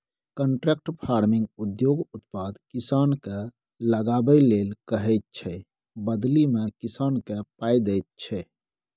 contract फार्मिंगमे उद्योग उत्पाद किसानकेँ लगाबै लेल कहैत छै बदलीमे किसानकेँ पाइ दैत छै